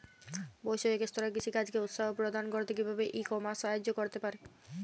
বৈষয়িক স্তরে কৃষিকাজকে উৎসাহ প্রদান করতে কিভাবে ই কমার্স সাহায্য করতে পারে?